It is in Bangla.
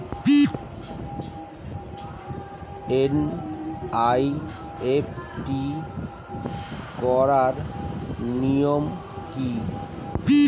এন.ই.এফ.টি করার নিয়ম কী?